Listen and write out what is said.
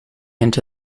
into